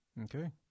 Okay